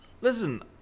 listen